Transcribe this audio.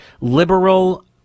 liberal